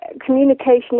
communication